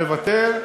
מוותר,